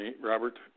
Robert